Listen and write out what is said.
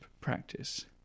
practice